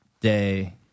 day